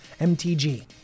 MTG